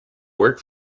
work